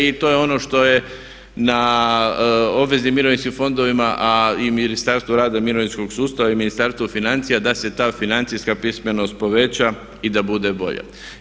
I to je ono što je na obveznim mirovinskim fondovima, a i Ministarstvu rada, mirovinskog sustava i Ministarstvu financija da se ta financijska pismenost poveća i da bude bolja.